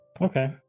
Okay